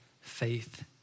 faith